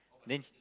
next